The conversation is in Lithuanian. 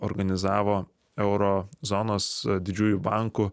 organizavo euro zonos didžiųjų bankų